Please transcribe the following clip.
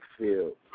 field